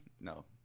No